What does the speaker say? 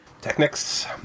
Technics